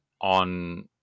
on